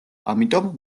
ამიტომ